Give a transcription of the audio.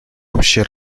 общие